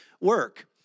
work